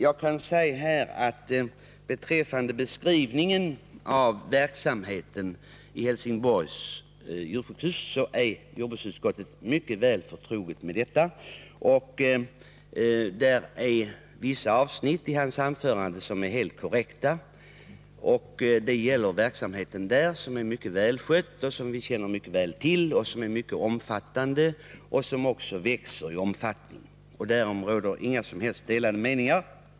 Utskottet är väl förtroget med verksamheten vid Helsingborgs djursjukhus. Vissa avsnitt i Sven Munkes anförande var helt korrekta. Djursjukhuset i Helsingborg är som Sven Munke säger mycket välskött. Verksamheten där är mycket omfattande, och den växer i omfattning. Härom råder inga delade meningar.